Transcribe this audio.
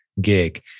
gig